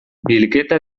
bilketa